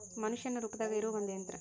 ಮನಷ್ಯಾನ ರೂಪದಾಗ ಇರು ಒಂದ ಯಂತ್ರ